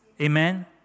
Amen